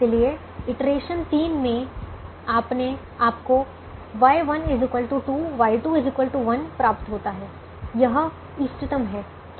इसलिए इटरेशन तीन में आपको Y1 2 Y2 1 प्राप्त होता है यह इष्टतम है